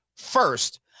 First